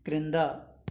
క్రింద